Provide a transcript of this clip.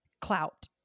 clout